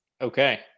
Okay